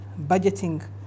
budgeting